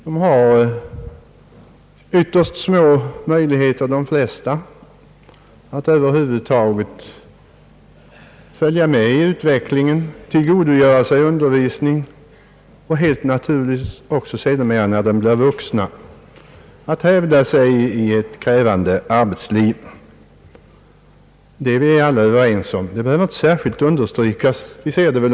De flesta har ytterst små möjligheter att över huvud taget följa med i utvecklingen, att tillgodogöra sig undervisning och sedermera som vuxna helt naturligt även att hävda sig i ett krävande arbetsliv. Det är vi alla överens om. Det behöver inte särskilt understrykas.